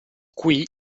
qui